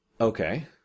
Okay